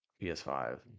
PS5